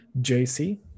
jc